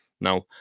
Now